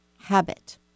habit